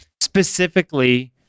specifically